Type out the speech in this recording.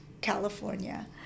California